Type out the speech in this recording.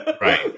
Right